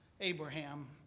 Abraham